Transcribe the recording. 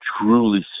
truly